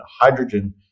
Hydrogen